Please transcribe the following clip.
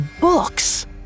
books